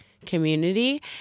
community